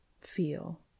feel